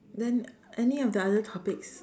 then any of the other topics